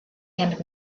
and